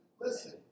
listen